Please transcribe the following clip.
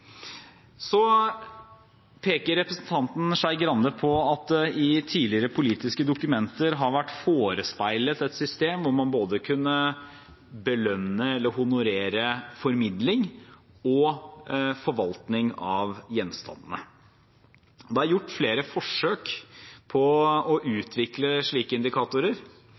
Så peker representanten Skei Grande på at det i tidligere politiske dokumenter har vært forespeilet et system hvor man både kunne belønne, eller honorere, formidling og forvaltning av gjenstandene. Det er gjort flere forsøk på å utvikle slike indikatorer.